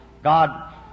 God